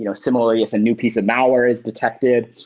you know similarly, if a new piece of malware is detected,